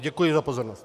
Děkuji za pozornost.